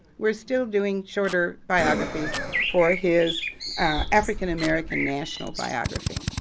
we're still doing shorter biographies for his african american national biography.